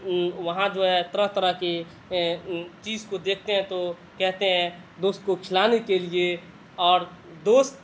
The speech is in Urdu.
وہاں جو ہے طرح طرح کی چیز کو دیکھتے ہیں تو کہتے ہیں دوست کو کھلانے کے لیے اور دوست